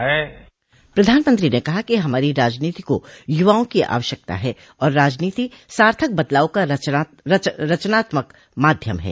प्रधानमंत्री ने कहा कि हमारी राजनीति को युवाओं की आवश्यकता है और राजनीति सार्थक बदलाव का रचनात्मक माध्यम है